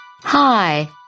Hi